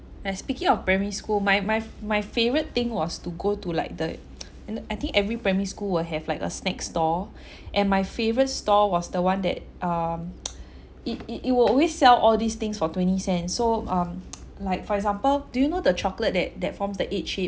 when I speaking of primary school my my my favorite thing was to go to like the and I think every primary school will have like a snack stall and my favourite stall was the one that um it it it will always sell all these things for twenty cents so um like for example do you know the chocolate that that form the eight shape